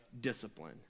discipline